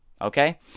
okay